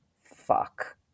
Fuck